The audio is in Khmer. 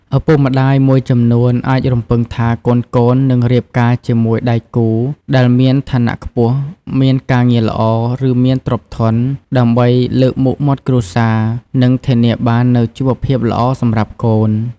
ឪពុកម្ដាយមួយចំនួនអាចរំពឹងថាកូនៗនឹងរៀបការជាមួយដៃគូដែលមានឋានៈខ្ពស់ មានការងារល្អ ឬមានទ្រព្យធន ដើម្បីលើកមុខមាត់គ្រួសារ និងធានាបាននូវជីវភាពល្អសម្រាប់កូន។